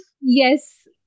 Yes